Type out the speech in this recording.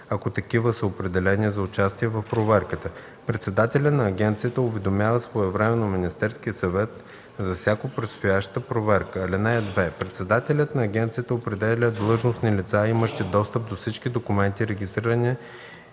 ако такива са определени за участие в проверката. Председателят на агенцията уведомява своевременно Министерския съвет за всяка предстояща проверка. (2) Председателят на агенцията определя длъжностни лица, имащи достъп до всички документи, регистри и